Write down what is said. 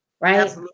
right